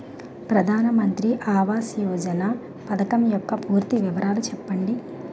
ప్రధాన మంత్రి ఆవాస్ యోజన పథకం యెక్క పూర్తి వివరాలు చెప్పండి?